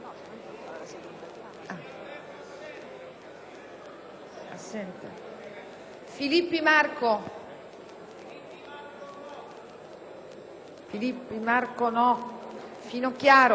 Filippi Marco, Finocchiaro,